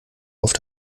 auf